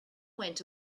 went